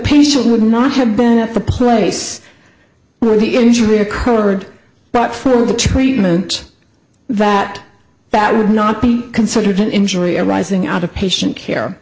patient would not have been at the place where the injury occurred but for the treatment that that would not be considered an injury arising out of patient care